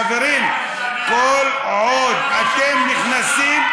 חברים, כל עוד אתם נכנסים,